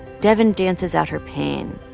devyn dances out her pain.